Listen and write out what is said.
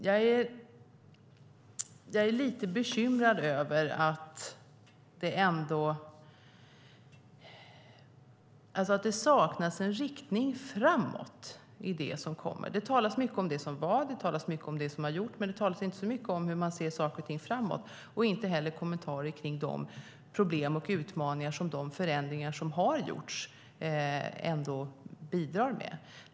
Jag är lite bekymrad över att det saknas en riktning framåt i det som kommer. Det talas mycket om det som var och det talas mycket om det som har gjorts, men det talas inte mycket om hur man ser på saker och ting framåt och inte heller ges några kommentarer kring de problem och utmaningar som de förändringar som har gjorts bidrar med.